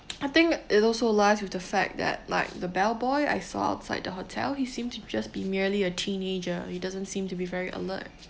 I think it also lies with the fact that like the bellboy I saw outside the hotel he seemed to just be merely a teenager he doesn't seem to be very alert